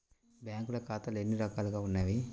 బ్యాంక్లో ఖాతాలు ఎన్ని రకాలు ఉన్నావి?